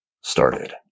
started